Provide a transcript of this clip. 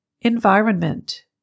Environment